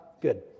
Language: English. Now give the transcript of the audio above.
Good